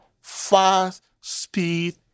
fast-speed